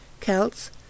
Celts